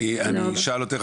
אני אשאל אותך,